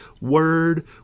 word